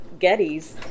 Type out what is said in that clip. Gettys